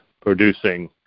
producing